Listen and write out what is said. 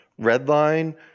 Redline